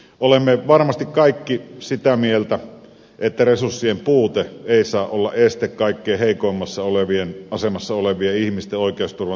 olemme varmasti kaikki sitä mieltä että resurssien puute ei saa olla este kaikkein heikoimmassa asemassa olevien ihmisten oikeusturvan toteutumiselle